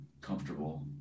comfortable